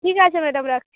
ঠিক আছে ম্যাডাম রাখছি